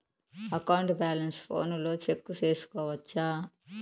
account balance ఫోనులో check సేసుకోవచ్చా